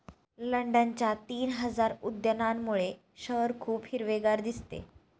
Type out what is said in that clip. लंडनच्या तीन हजार उद्यानांमुळे शहर खूप हिरवेगार दिसते